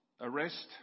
arrest